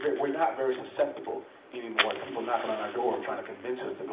but we're not very susceptible anymore, people knocking on our door, trying to convince us to